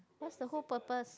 what's the whole purpose